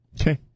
Okay